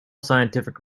scientific